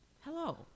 Hello